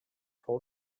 fou